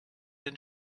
den